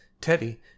Teddy